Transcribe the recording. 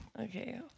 Okay